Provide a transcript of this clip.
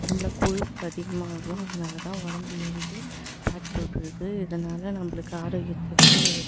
உடம்புல கொழுப்பு அதிகமாக ஆகும் அதனால் தான் உடம்பு ஏறிகிட்டு ஃபேட் போட்டிருது இதனால் நம்மளுக்கு ஆரோக்கியத்துக்கு